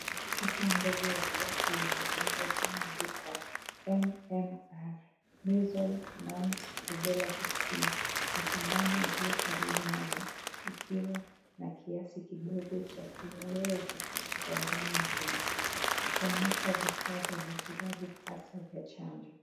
Chupa ndogo ya glasi yenye neno lililoandikwa 'MMR Measles, Mumps Rubella Vaccine' na sindano iliyo karibu nayo ikiwa na kiasi kidogo cha kinyweo cha ndani kuonyesha vifaa vya matibabu hasa vya chanjo.